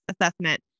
assessment